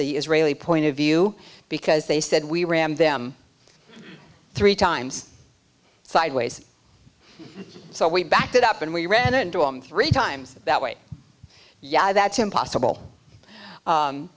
the israeli point of view because they said we ram them three times sideways so we backed it up and we ran into three times that way yeah that's impossible